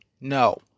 No